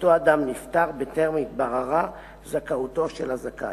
ושאותו אדם נפטר בטרם התבררה זכאותו של הזכאי.